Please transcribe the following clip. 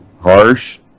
harsh